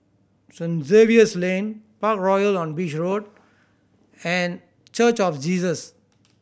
Saint Xavier's Lane Parkroyal on Beach Road and Church of Jesus